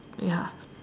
ya